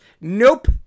Nope